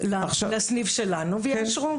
לסניף שלנו ויאשרו.